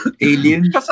Alien